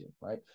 right